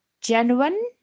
genuine